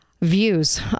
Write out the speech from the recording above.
views